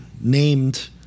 named